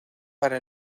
para